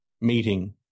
meeting